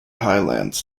highlands